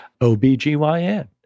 OBGYN